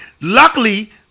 Luckily